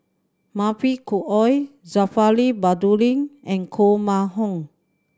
Mavis Khoo Oei Zulkifli Baharudin and Koh Mun Hong